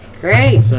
Great